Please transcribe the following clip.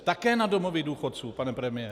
Také na domovy důchodců, pane premiére.